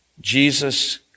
Jesus